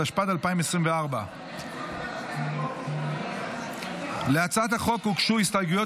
התשפ"ד 2024. להצעת החוק הוגשו הסתייגויות